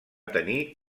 tenir